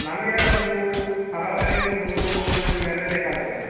ನಮಗೆ ಒಂದು ಸರಾಸರಿ ಒಂದು ಮುನ್ನೂರು ಜನರ ಮೇಲೆ ಬೇಕಾಗ್ತದೆ